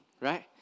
right